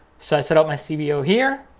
so i set up my cbo here,